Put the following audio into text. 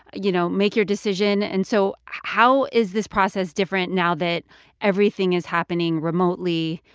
you know, make your decision. and so how is this process different now that everything is happening remotely?